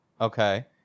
okay